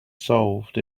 solved